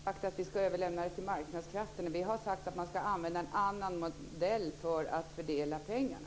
Fru talman! Vi har då inte sagt att man ska överlämna det här till marknadskrafterna. Vi har sagt att man ska använda en annan modell för att fördela pengarna.